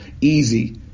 Easy